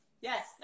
Yes